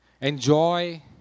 enjoy